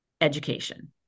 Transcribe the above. education